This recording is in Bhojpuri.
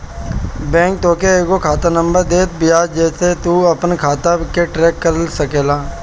बैंक तोहके एगो खाता नंबर देत बिया जेसे तू अपनी खाता के ट्रैक कर सकेला